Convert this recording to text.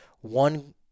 one